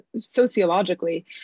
sociologically